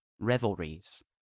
Revelries